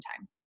time